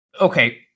okay